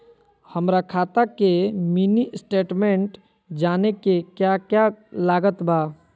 हमरा खाता के मिनी स्टेटमेंट जानने के क्या क्या लागत बा?